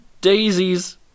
daisies